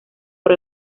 por